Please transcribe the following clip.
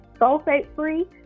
sulfate-free